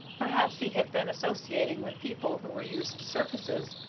perhaps he had been associating with people who were used to circuses.